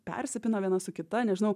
persipina viena su kita nežinau